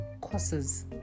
courses